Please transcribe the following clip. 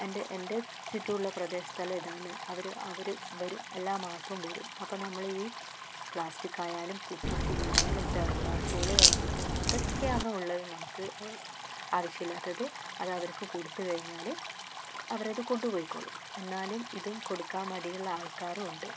എൻ്റെ എൻ്റെ ചുറ്റുമുള്ള പ്രദേശത്തെല്ലാം ഇതാണ് അവർ അവർ വരും എല്ലാ മാസവും വരും അപ്പം നമ്മൾ ഈ പ്ലാസ്റ്റിക് ആയാലും കുപ്പി ചില്ല് ആയാലും തെർമോക്കോൾ എന്ത് എന്തൊക്കെയാണ് ഉള്ളത് നമുക്ക് ആവശ്യമില്ലാത്തത് അത് അവർക്ക് കൊടുത്തു കഴിഞ്ഞാൽ അവരത് കൊണ്ടു പോയിക്കോളും എന്നാലും ഇതും കൊടുക്കാൻ മടിയുള്ള ആൾക്കാരും ഉണ്ട്